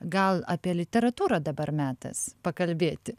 gal apie literatūrą dabar metas pakalbėti